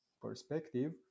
perspective